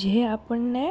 જે આપણને